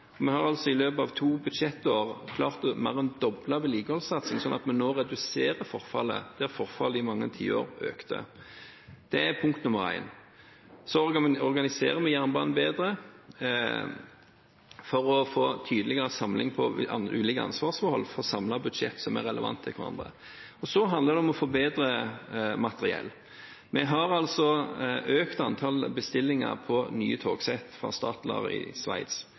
Vi har altså i løpet av to budsjettår mer enn doblet vedlikeholdssatsingen, sånn at vi nå reduserer forfallet, der forfallet i mange tiår økte. Det er punkt nr. 1. Så organiserer vi jernbanen bedre for tydeligere å samle ulike ansvarsforhold og for å samle budsjett som er relevante for hverandre. Det handler om å forbedre materiell. Vi har økt antall bestillinger på nye togsett fra Stadler i Sveits.